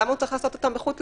למה הוא צריך לעשות אותם בחו"ל?